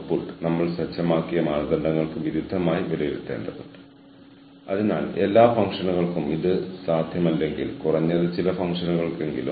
വിരോധാഭാസങ്ങളെ നിർവചിച്ചിരിക്കുന്നത് പരസ്പരവിരുദ്ധവും എന്നാൽ പരസ്പരബന്ധിതവുമായ ഘടകങ്ങൾ ഒരേസമയം നിലനിൽക്കുന്നതും കാലാകാലങ്ങളിൽ നിലനിൽക്കുന്നതുമാണ്